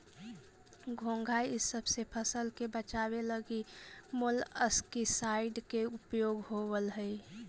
घोंघा इसब से फसल के बचावे लगी मोलस्कीसाइड के उपयोग होवऽ हई